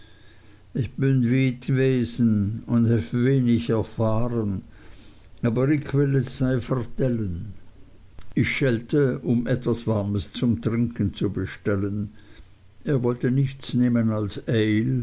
ick bün wiet wesen und hew wenig erfahren aber ick will et sej vertellen ich schellte um etwas warmes zum trinken zu bestellen er wollte nichts nehmen als